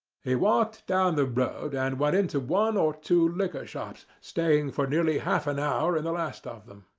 he walked down the road and went into one or two liquor shops, staying for nearly half-an-hour in the last of them.